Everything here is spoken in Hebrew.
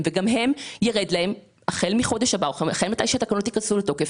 וגם להם ירד החל החודש הבא או החל ממתי שהתקנות ייכנסו לתוקף,